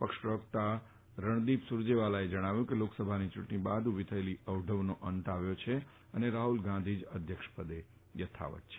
પક્ષ પ્રવક્તા રણદીપ સૂરજેવાલાએ જણાવ્યું કે લોકસભાની ચૂંટણી બાદ ઉભી થયેલી અવઢવનો અંત આવ્યો છે અને રાફલ ગાંધી જ અધ્યક્ષપદે યથાવત્ છે